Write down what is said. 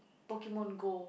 Pokemon-Go